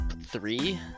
three